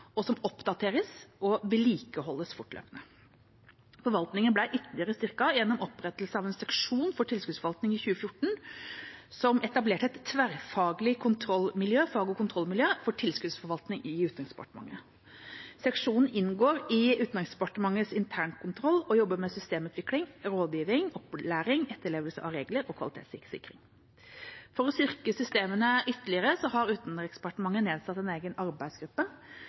og som oppdateres og vedlikeholdes fortløpende. Forvaltningen ble ytterligere styrket gjennom opprettelse av en seksjon for tilskuddsforvaltning i 2014, som etablerte et tverrfaglig fag- og kontrollmiljø for tilskuddsforvaltning i Utenriksdepartementet. Seksjonen inngår i Utenriksdepartementets internkontroll og jobber med systemutvikling, rådgivning, opplæring og etterlevelse av regler og kvalitetssikring. For å styrke systemene ytterligere har Utenriksdepartementet nedsatt en egen arbeidsgruppe